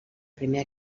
primer